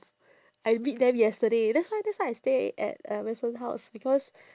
I meet them yesterday that's why that's why I stay at uh wilson house because